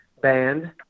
band